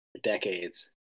decades